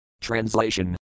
Translation